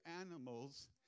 animals